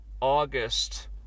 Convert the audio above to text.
August